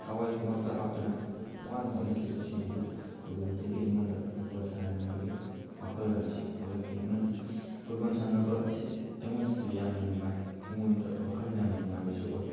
ꯊꯋꯥꯏ ꯈꯨꯕꯥꯛꯇ ꯍꯥꯞꯇꯨꯅ ꯋꯥꯅ ꯍꯣꯠꯅꯈꯤꯕꯁꯤꯡ ꯑꯗꯨ ꯎꯔꯨꯕꯗꯒꯤ ꯑꯩꯉꯣꯟꯗ ꯐꯨꯠꯕꯣꯜ ꯁꯥꯟꯅꯅꯤꯡꯕꯒꯤ ꯋꯥꯈꯜꯂꯣꯟ ꯑꯁꯤ ꯄꯣꯛꯂꯛꯈꯤ ꯑꯃꯗꯤ ꯐꯨꯠꯕꯣꯟ ꯁꯥꯟꯅꯕ ꯑꯁꯤ ꯑꯩꯉꯣꯟꯗꯁꯨ ꯌꯥꯝꯅ ꯅꯨꯡꯉꯥꯏ ꯑꯩꯉꯣꯟꯗ ꯋꯥꯈꯜ ꯌꯥꯝꯅ ꯅꯨꯡꯉꯥꯏꯕꯁꯨ ꯑꯣꯏ